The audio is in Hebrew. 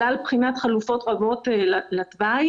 כלל בחינת חלופות רבות לתוואי.